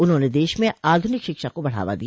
उन्होंने देश में आधुनिक शिक्षा को बढावा दिया